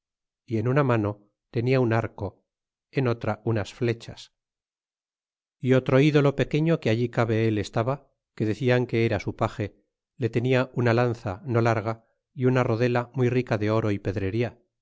y en una mano tenia un arco en otra unas flechas e otro ídolo pequeño que allí cabe él estaba que decian que era su page le tenia una lanza no larga y una rodela muy rica de oro é pedrería